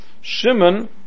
Shimon